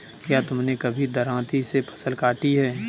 क्या तुमने कभी दरांती से फसल काटी है?